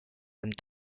and